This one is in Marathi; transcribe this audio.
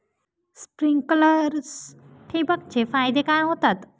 स्प्रिंकलर्स ठिबक चे फायदे काय होतात?